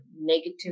negative